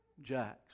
Jacks